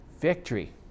victory